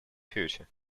future